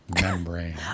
membrane